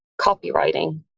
copywriting